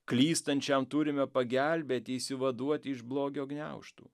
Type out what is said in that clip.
klystančiam turime pagelbėti išsivaduoti iš blogio gniaužtų